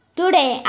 Today